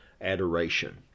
adoration